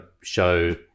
show